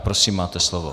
Prosím, máte slovo.